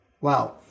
Wow